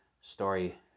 Story